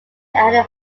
annie